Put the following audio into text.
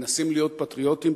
מנסים להיות פטריוטים,